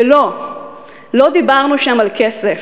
ולא, לא דיברנו שם על כסף.